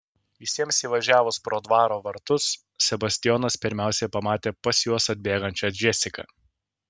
visiems įvažiavus pro dvaro vartus sebastijonas pirmiausia pamatė pas juos atbėgančią džesiką